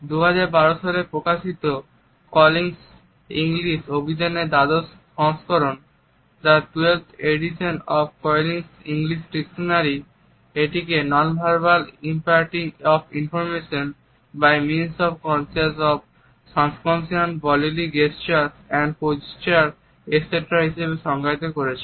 2012 সালে প্রকাশিত Collins English অভিধানের দ্বাদশ সংস্করণ এটিকে "nonverbal imparting of information by means of conscious or subconscious bodily gestures and postures etc" হিসাবে সংজ্ঞায়িত করেছে